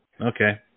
okay